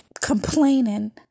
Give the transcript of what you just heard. complaining